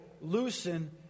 loosen